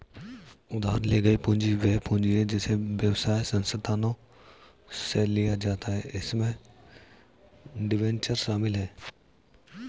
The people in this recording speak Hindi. उधार ली गई पूंजी वह पूंजी है जिसे व्यवसाय संस्थानों से लिया जाता है इसमें डिबेंचर शामिल हैं